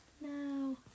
no